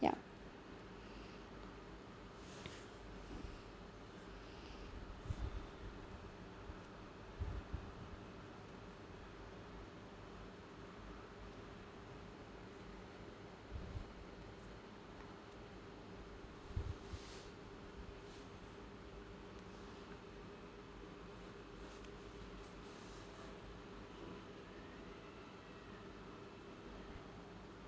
ya